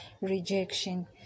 rejection